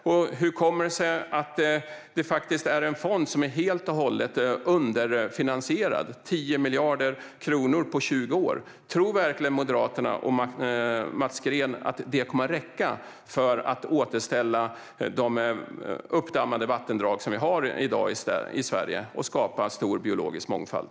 Och hur kommer det sig att fonden faktiskt är helt och hållet underfinansierad - 10 miljarder kronor på 20 år? Tror verkligen Moderaterna och Mats Green att detta kommer att räcka för att återställa de uppdammade vattendrag som vi har i Sverige i dag och skapa stor biologisk mångfald?